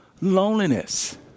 loneliness